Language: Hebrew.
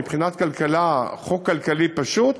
מבחינת כלכלה, זה חוק כלכלי פשוט: